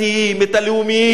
את הלאומיים,